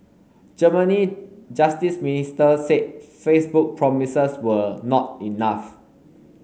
Germany justice minister said Facebook promises were not enough